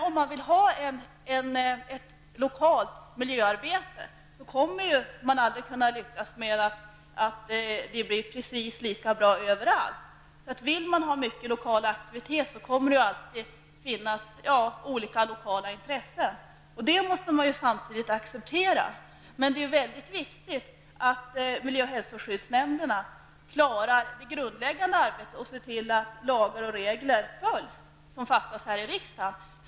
Om man vill ha ett lokalt miljöarbete kommer man aldrig att lyckas med att göra det lika bra överallt. Det finns alltid olika lokala intressen, och det måste man acceptera. Det är väldigt viktigt att miljö och hälsoskyddsnämnderna klarar det grundläggande arbetet att se till att de lagar som riksdagen stiftar följs.